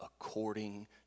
according